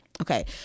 Okay